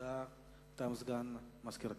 הודעה מטעם סגן מזכיר הכנסת.